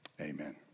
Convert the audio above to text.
amen